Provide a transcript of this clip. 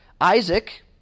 Isaac